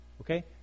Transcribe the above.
Okay